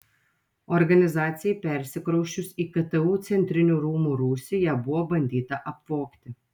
organizacijai persikrausčius į ktu centrinių rūmų rūsį ją buvo bandyta apvogti